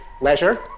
leisure